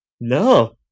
No